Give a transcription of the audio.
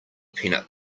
peanut